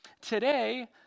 Today